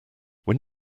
when